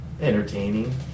entertaining